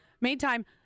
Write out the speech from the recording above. meantime